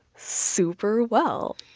super well.